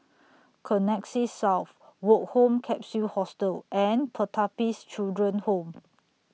Connexis South Woke Home Capsule Hostel and Pertapis Children Home